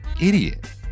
idiot